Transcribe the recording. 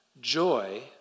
Joy